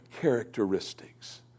characteristics